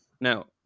Now